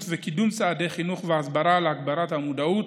וקידום צעדי חינוך והסברה להגברת המודעות,